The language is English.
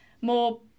more